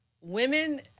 Women